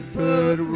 put